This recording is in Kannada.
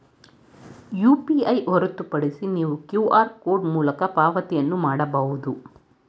ಯು.ಪಿ.ಐ ಹೊರತುಪಡಿಸಿ ನೀವು ಕ್ಯೂ.ಆರ್ ಕೋಡ್ ಮೂಲಕ ಪಾವತಿಯನ್ನು ಮಾಡಬಹುದು